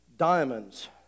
Diamonds